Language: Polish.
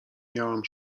miałam